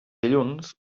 dilluns